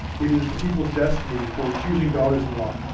it is the people's destiny for choosing daughters-in-law.